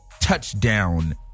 touchdown